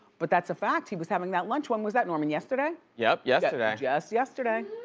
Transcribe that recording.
but that's a fact, he was having that lunch. when was that, norman? yesterday? yep, yesterday. just yesterday.